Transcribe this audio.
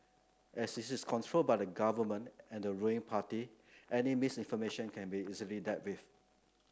as it is controlled by the Government and the ruling party any misinformation can be easily dealt with